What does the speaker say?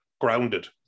grounded